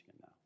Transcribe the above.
now